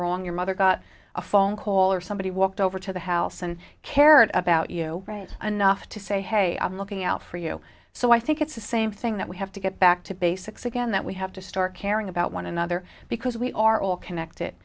wrong your mother got a phone call or somebody walked over to the house and cared about you right anough to say hey i'm looking out for you so i think it's the same thing that we have to get back to basics again that we have to start caring about one another because we are all connected